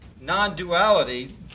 non-duality